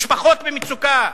משפחות במצוקה,